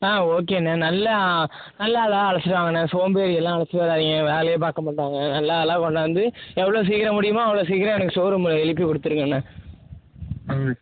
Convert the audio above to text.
ஆ ஓகேண்ணே நல்ல நல்ல ஆளாக அழைச்சிட்டு வாங்கண்ணே சோம்பேறியலாம் அழைச்சிட்டு வராதிங்க வேலையே பார்க்க மாட்டாங்க நல்ல ஆளாக கொண்டார்ந்து எவ்வளோ சீக்கிரம் முடியும் அவ்வளோ சீக்கிரம் எனக்கு ஸ்டோர் ரூம் எழுப்பி கொடுத்துருங்கண்ண ம்